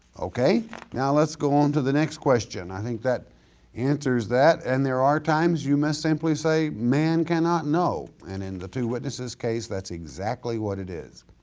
okay now let's go on to the next question, i think that answers that and there are times you must simply say, man cannot know, and in the two witnesses case, that's exactly what it is.